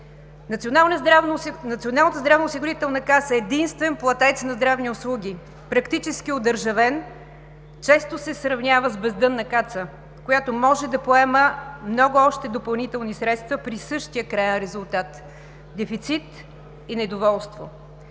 Националната здравноосигурителна каса е единствен платец за здравни услуги. Практически одържавен, често се сравнява с бездънна каца, която може да поема много още допълнителни средства при същия краен резултат – дефицит и недоволство.